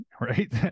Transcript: right